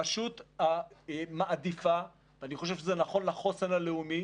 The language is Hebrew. הרשות מעדיפה ואני חושב שזה נכון לחוסן הלאומי